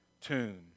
tune